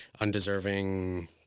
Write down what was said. undeserving